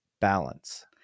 balance